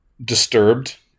disturbed